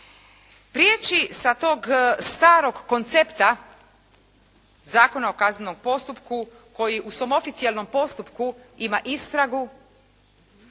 Prijeći sa tog starog koncepta Zakona o kaznenom postupku koji u svom oficijelnom postupku ima istragu